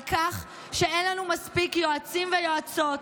על כך שאין לנו מספיק יועצים ויועצות,